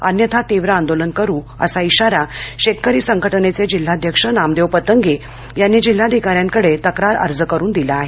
अन्यथा तीव्र आंदोलन करु अशा इशारा शेतकरी संघटनेचे जिल्हाध्यक्ष नामदेव पतंगे यांनी जिल्हाधिकाऱ्यांकडे तक्रार अर्ज करुन दिला आहे